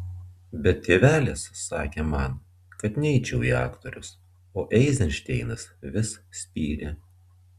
bet tėvelis sakė man kad neičiau į aktorius o eizenšteinas vis spyrė